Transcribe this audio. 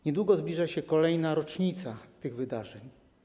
Niedługo zbliża się kolejna rocznica tych wydarzeń.